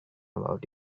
about